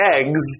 eggs